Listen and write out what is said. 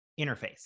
interface